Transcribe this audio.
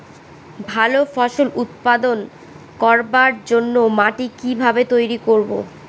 ভালো ফসল উৎপাদন করবার জন্য মাটি কি ভাবে তৈরী করব?